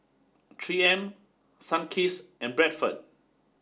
three M Sunkist and Bradford